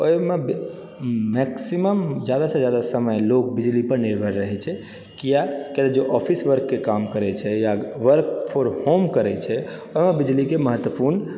ओहिमे बि मैक्सिमम जादा सँ जादा समय लोक बिजलीपर निर्भर रहै छै किया कियातऽ जे ऑफिस वर्कके काम करै छै या वर्क फ्रॉम होम करै छै ओहिमे बिजलीके महत्वपूर्ण